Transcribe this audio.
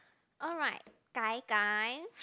alright gai-gai